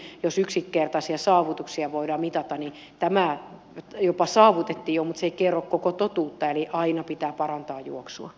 siltä osin jos yksinkertaisia saavutuksia voidaan mitata tämä jopa saavutettiin jo mutta se ei kerro koko totuutta eli aina pitää parantaa juoksua